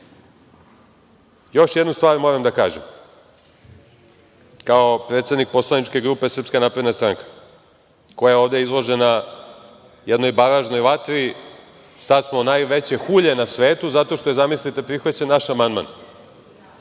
jednu stvar moram da kažem, kao predsednik poslaničke grupe SNS, koja je ovde izložena jednoj baražnoj vatri. Sada smo najveće hulje na svetu zato što je, zamislite, prihvaćen naš amandman.